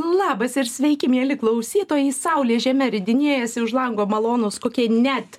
labas ir sveiki mieli klausytojai saulė žeme ridinėjasi už lango malonūs kokie net